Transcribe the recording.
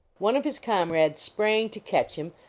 one of his comrades sprang to catch him,